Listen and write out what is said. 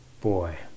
boy